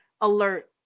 alert